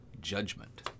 Judgment